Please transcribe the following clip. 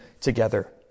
together